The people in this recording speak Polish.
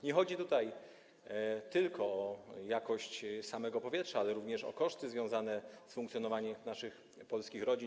Nie chodzi tutaj tylko o jakość samego powietrza, ale również o koszty związane z funkcjonowaniem naszych polskich rodzin.